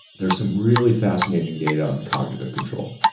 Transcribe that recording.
there are some really fascinating data on cognitive control.